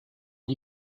die